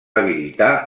habilitar